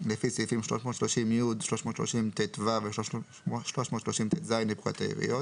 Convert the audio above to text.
לפי סעיפים 330י, 330טו ו-330טז לפקודת העיריות".